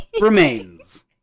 remains